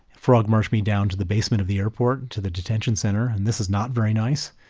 frog-marched me down to the basement of the airport to the detention center. and this is not very nice.